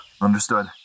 Understood